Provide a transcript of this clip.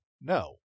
no